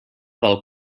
del